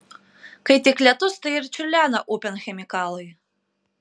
kai tik lietus tai ir čiurlena upėn chemikalai